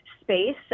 space